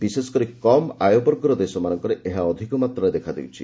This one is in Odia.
ବିଶେଷକରି କମ୍ ଆୟବର୍ଗର ଦେଶମାନଙ୍କରେ ଏହା ଅଧିକ ମାତ୍ରାରେ ଦେଖାଦେଉଛି